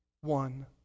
one